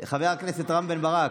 חבר הכנסת רם בן ברק,